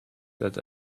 that